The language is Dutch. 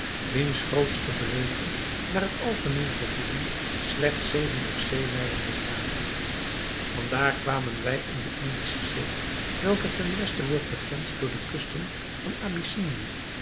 wiens grootste breedte naar het algemeen gevoelen slechts zeventig zeemijlen bedraagt van daar kwamen wij in de indische zee welken ten westen wordt begrensd door de kusten van abyssinië